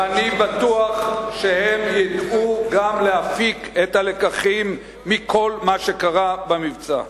ואני בטוח שהם ידעו גם להפיק את הלקחים מכל מה שקרה במבצע.